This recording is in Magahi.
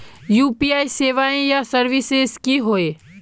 यु.पी.आई सेवाएँ या सर्विसेज की होय?